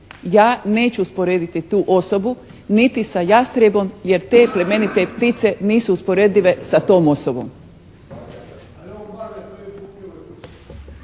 Ja neću usporediti tu osobu niti sa jastrebom jer te plemenite ptice nisu usporedive sa tom osobom.